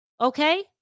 okay